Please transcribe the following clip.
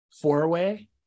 four-way